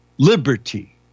Liberty